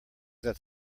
that